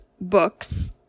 books